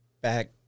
back